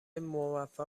موفق